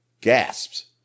gasps